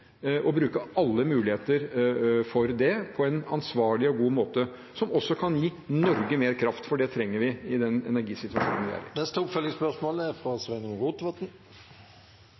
og bruke alle muligheter for det på en ansvarlig og god måte som også kan gi Norge mer kraft, for det trenger vi i den energisituasjonen vi er i. Sveinung Rotevatn – til oppfølgingsspørsmål.